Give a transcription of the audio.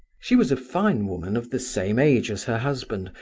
she was a fine woman of the same age as her husband,